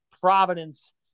Providence